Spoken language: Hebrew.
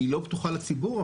היא לא פתוחה לציבור,